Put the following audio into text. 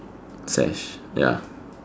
sash ya